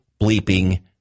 bleeping